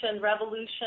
revolution